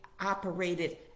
operated